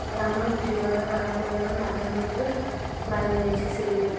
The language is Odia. ଆମ ଜୀବନ ଧାରଣ କରିବାର ମାଧ୍ୟମ ରୂପେ ମାନ ନେଇଛି ସିଲେଇ